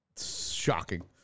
shocking